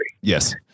Yes